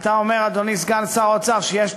אתה אומר, אדוני סגן שר האוצר, שיש תוספת.